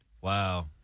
Wow